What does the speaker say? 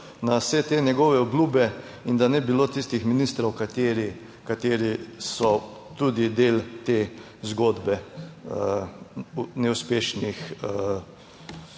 na vse te njegove obljube, in da ni bilo tistih ministrov kateri so tudi del te zgodbe neuspešnih